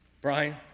Brian